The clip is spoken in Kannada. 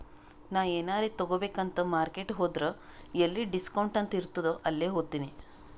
ನಾ ಎನಾರೇ ತಗೋಬೇಕ್ ಅಂತ್ ಮಾರ್ಕೆಟ್ ಹೋದ್ರ ಎಲ್ಲಿ ಡಿಸ್ಕೌಂಟ್ ಅಂತ್ ಇರ್ತುದ್ ಅಲ್ಲೇ ಹೋತಿನಿ